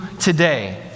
today